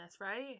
right